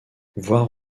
voir